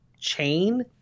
chain